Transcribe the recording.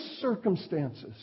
circumstances